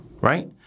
right